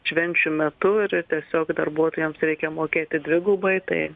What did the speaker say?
švenčių metu ir tiesiog darbuotojams reikia mokėti dvigubai tai